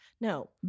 No